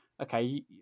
okay